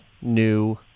new